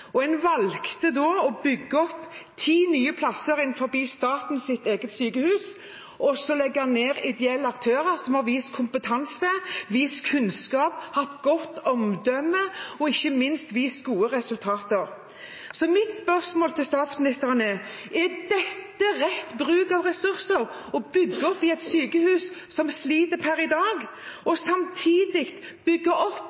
En valgte da å bygge opp ti nye plasser innenfor statens eget sykehus og så legge ned tilbud fra ideelle aktører som har vist kompetanse, vist kunnskap, hatt godt omdømme og ikke minst vist gode resultater. Så mitt spørsmål til statsministeren er: Er dette rett bruk av ressurser – å bygge opp i et sykehus som sliter per i dag, og samtidig bygge opp